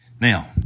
Now